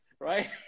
right